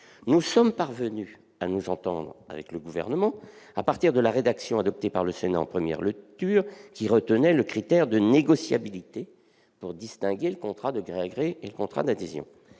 nous sommes parvenus à nous entendre avec le Gouvernement à partir de la rédaction adoptée par le Sénat en première lecture, qui retenait le critère de négociabilité pour distinguer le contrat de gré à gré et le contrat d'adhésion.